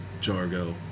Jargo